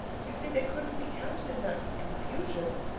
you see, they couldn't be counted in that confusion.